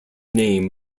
name